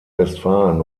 westfalen